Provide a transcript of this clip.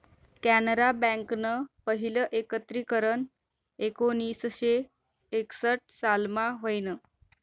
कॅनरा बँकनं पहिलं एकत्रीकरन एकोणीसशे एकसठ सालमा व्हयनं